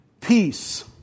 Peace